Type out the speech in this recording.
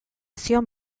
zion